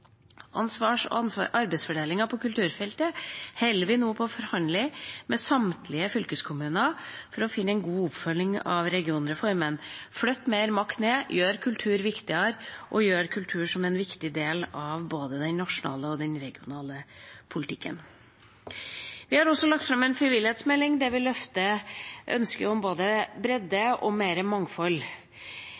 Ansvars- og arbeidsfordelinga på kulturfeltet holder vi nå på å forhandle med samtlige fylkeskommuner om for å finne en god oppfølging av regionreformen – flytte mer makt ned, gjøre kultur viktigere og gjøre kultur til en viktig del av både den nasjonale og den regionale politikken. Vi har også lagt fram en frivillighetsmelding, der vi løfter ønsket om både bredde og mer mangfold.